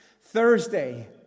Thursday